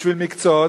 בשביל מקצועות,